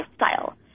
lifestyle